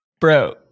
bro